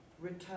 return